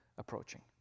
approaching